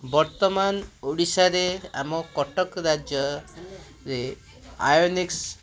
ବର୍ତ୍ତମାନ ଓଡ଼ିଶାରେ ଆମ କଟକ ରାଜ୍ୟ ରେ ଆୟୋନିକ୍ସ